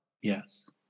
Yes